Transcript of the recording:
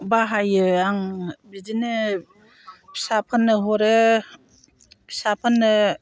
बाहायो आं बिदिनो फिसाफोरनो हरो फिसाफोरनो